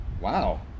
Wow